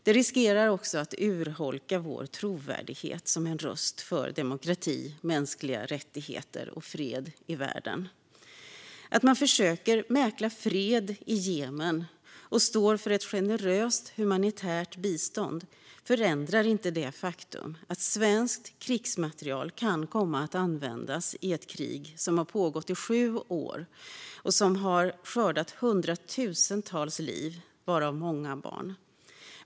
Det riskerar också att urholka vår trovärdighet som en röst för demokrati, mänskliga rättigheter och fred i världen. Att man försöker mäkla fred i Jemen och står för ett generöst humanitärt bistånd förändrar inte det faktum att svensk krigsmateriel kan komma att användas i ett krig som har pågått i sju år och som har skördat hundratusentals liv varav många barn.